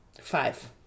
Five